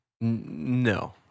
No